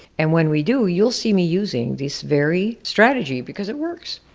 and when we do, you'll see me using this very strategy, because it works,